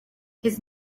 his